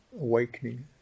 awakening